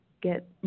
get